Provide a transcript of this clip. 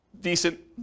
decent